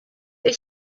they